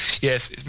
Yes